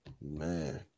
man